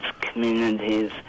communities